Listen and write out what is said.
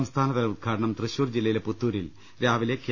സംസ്ഥാനതല ഉദ്ഘാടനം തൃശൂർ ജില്ലയിലെ പുത്തൂരിൽ രാവിലെ കെ